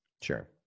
sure